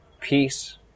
peace